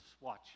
watch